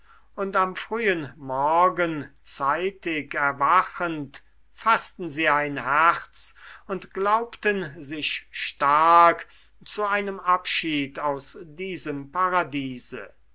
und am frühen morgen zeitig erwachend faßten sie ein herz und glaubten sich stark zu einem abschied aus diesem paradiese